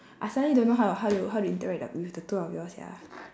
I suddenly don't know how to how to how to interact with the with the two of y'all sia